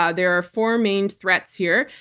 ah there are four main threats here.